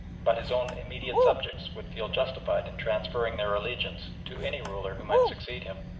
but his own immediate subjects, would feel justified in transferring their allegiance to any ruler who might succeed him.